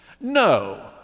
no